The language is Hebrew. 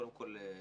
קודם כול,